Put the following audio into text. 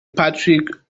patrick